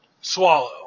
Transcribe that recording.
swallow